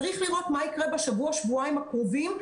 צריך לראות מה יקרה בשבוע-שבועיים הקרובים,